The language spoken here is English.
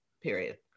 period